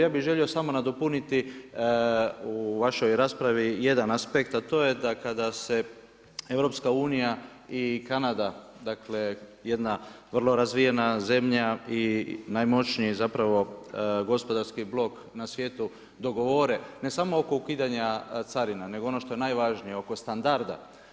Ja bi želio samo nadopuniti, u vašoj raspravi jedan aspekt, a to je da kada se EU i Kanada, jedna vrlo razvijena zemlja i najmoćniji gospodarski blok na svijetu dogovore, ne samo oko ukidanja carina, nego ono što je najvažnije, oko standarda.